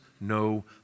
no